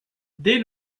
dès